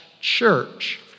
church